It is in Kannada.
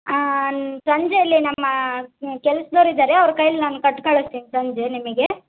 ಆಂ ನ್ ಸಂಜೆಯಲ್ಲಿ ನಮ್ಮ ಕೆಲ್ಸ್ದವ್ರು ಇದ್ದಾರೆ ಅವ್ರ ಕೈಲಿ ನಾನು ಕೊಟ್ಟ್ ಕಳಸ್ತೀನಿ ಸಂಜೆ ನಿಮಗೆ